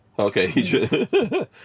Okay